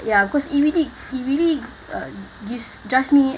ya cause it really really uh gives jut me